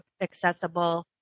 accessible